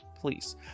please